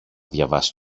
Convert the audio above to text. διαβάσει